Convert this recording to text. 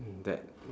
mm that